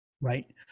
right